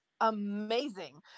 amazing